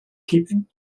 keeping